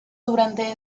durante